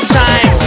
time